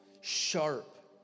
sharp